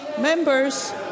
Members